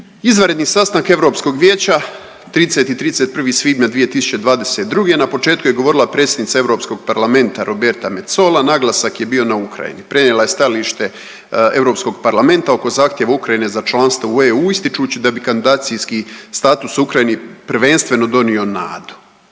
Izvanredni sastanak Europskog vijeća 30. i 31. svibnja 2022. na početku je govorila predsjednika Europskog parlamenta Roberta Metsola, naglasak je bio na Ukrajini, prenijela je stajalište Europskog parlamenta oko zahtjeva Ukrajine za članstvo u EU ističući da bi kandidacijski status o Ukrajini prvenstveno donio nadu.